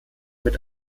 mit